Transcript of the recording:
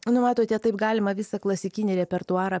numatote taip galima visą klasikinį repertuarą